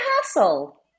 hassle